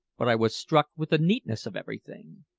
but i was struck with the neatness of everything.